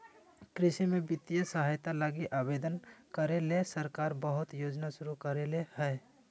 कृषि में वित्तीय सहायता लगी आवेदन करे ले सरकार बहुत योजना शुरू करले हइ